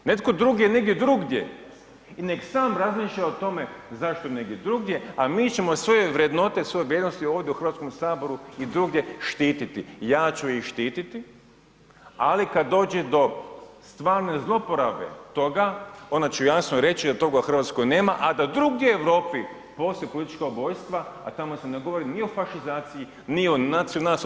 Netko drugi je negdje drugdje i nek sam razmišlja o tome zašto je negdje drugdje, a mi ćemo svoje vrednote, svoje vrijednosti ovdje u Hrvatskom saboru i drugdje štititi, ja ću ih štititi, ali kad dođe stvarne zlouporabe toga onda ću jasno reći da toga u Hrvatskoj nema, a drugdje u Europi postoje politička ubojstva, a tamo se ne govori ni o fašizaciji, ni o …/nerazumljivo/… i o nečem drugom.